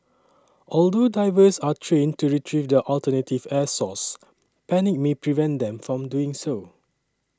although divers are trained to retrieve their alternative air source panic may prevent them from doing so